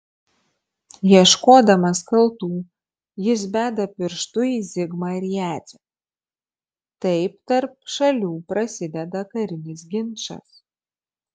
ieškodamas kaltų jis beda pirštu į zigmą ir jadzę taip tarp šalių prasideda karinis ginčas